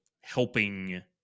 helping